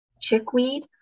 chickweed